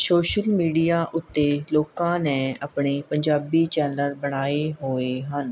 social media ਉੱਤੇ ਲੋਕਾਂ ਨੇ ਆਪਣੇ ਪੰਜਾਬੀ ਚੈਨਲ ਬਣਾਏ ਹੋਏ ਹਨ